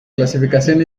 clasificación